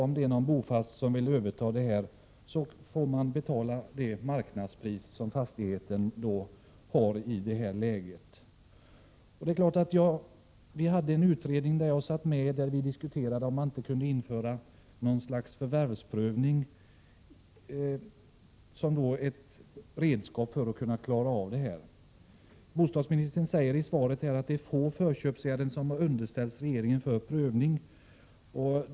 Om det är någon bofast som vill överta en fastighet, får han betala det marknadspris som fastigheten har i det läget. Jag har suttit med i en utredning där vi diskuterade om man inte kunde införa något slags förvärvsprövning, som ett redskap för att kunna klara av det här. Bostadsministern säger i sitt svar att det är få förköpsärenden som underställts regeringen för prövning.